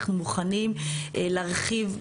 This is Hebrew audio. אנחנו מוכנים להרחיב,